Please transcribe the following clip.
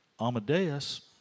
Amadeus